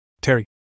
Terry